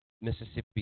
Mississippi